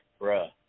Bruh